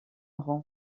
rang